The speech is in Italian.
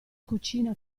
cucina